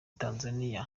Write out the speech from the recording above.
tanzania